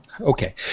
Okay